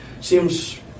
seems